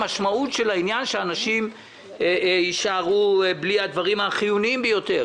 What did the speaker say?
שאנשים יישארו ללא הדברים החיוניים ביותר,